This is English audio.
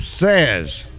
says